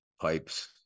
pipes